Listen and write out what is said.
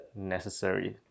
necessary